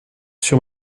sur